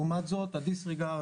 זאת טענה מצחיקה,